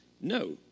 No